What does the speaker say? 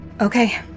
Okay